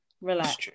relax